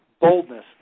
boldness